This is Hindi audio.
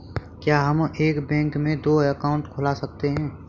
क्या हम एक बैंक में दो अकाउंट खोल सकते हैं?